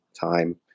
time